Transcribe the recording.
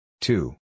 Two